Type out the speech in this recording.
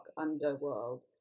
underworld